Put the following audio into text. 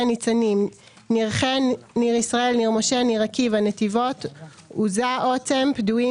ניצנים ניר ח"ן ניר ישראל ניר משה ניר עקיבא נתיבות עוזה עוצם פדויים